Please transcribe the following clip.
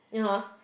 (uh huh)